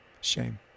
shame